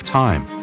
time